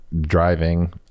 driving